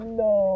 no